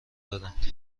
دادند